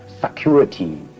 security